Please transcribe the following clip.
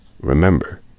remember